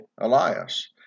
Elias